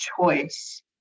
choice